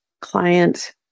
client